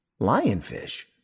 Lionfish